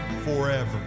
forever